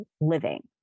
living